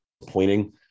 disappointing